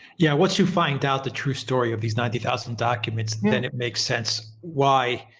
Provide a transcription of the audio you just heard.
yeah. once you find out the true story of these ninety thousand documents then it makes sense why